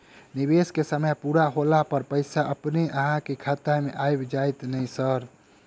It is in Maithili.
निवेश केँ समय पूरा होला पर पैसा अपने अहाँ खाता मे आबि जाइत नै सर?